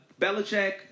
Belichick